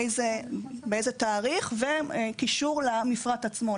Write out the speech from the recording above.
באיזה תאריך ויש קישור למפרט עצמו,